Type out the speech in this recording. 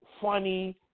funny